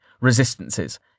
Resistances